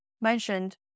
mentioned